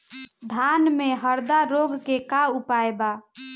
धान में हरदा रोग के का उपाय बा?